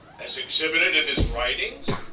as exhibited in his writings?